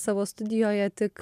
savo studijoje tik